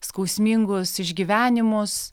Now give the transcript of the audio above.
skausmingus išgyvenimus